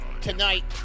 Tonight